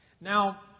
Now